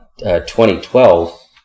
2012